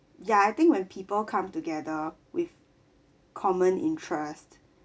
ya I think when people come together with common interest